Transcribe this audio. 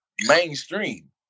mainstream